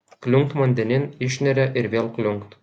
kliunkt vandenin išneria ir vėl kliunkt